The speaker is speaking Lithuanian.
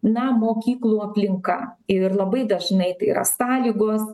na mokyklų aplinka ir labai dažnai tai yra sąlygos